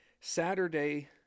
Saturday